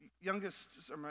youngest